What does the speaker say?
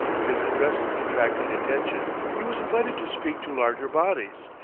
his addresses attracting attention, he was invited to speak to larger bodies,